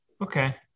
Okay